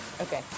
Okay